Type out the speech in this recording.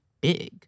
big